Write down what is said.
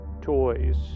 toys